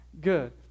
good